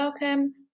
Welcome